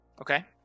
Okay